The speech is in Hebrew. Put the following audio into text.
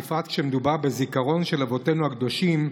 בפרט כשמדובר בזיכרון של אבותינו הקדושים,